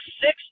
six